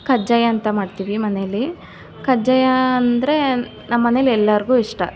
ಕಜ್ಜಾಯ ಅಂತ ಮಾಡ್ತೀವಿ ಮನೇಲಿ ಕಜ್ಜಾಯ ಅಂದರೆ ನಮ್ಮನೇಲಿ ಎಲ್ಲರಿಗೂ ಇಷ್ಟ